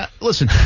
Listen